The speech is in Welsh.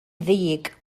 ddig